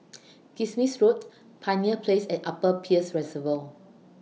Kismis Road Pioneer Place and Upper Peirce Reservoir